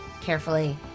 carefully